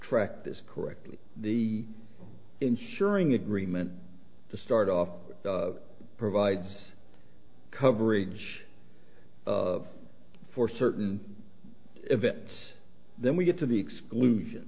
this correctly the ensuring agreement to start off provides coverage of for certain events then we get to the exclusion